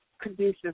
conducive